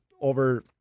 over